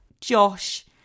Josh